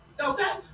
Okay